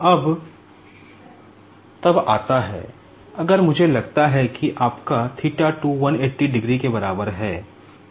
अब तब आता है अगर मुझे लगता है कि आपका theta 2 180 डिग्री के बराबर है